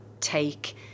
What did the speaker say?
take